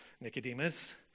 Nicodemus